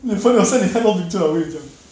你朋友 send 你太多 picture liao 我跟你讲